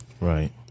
Right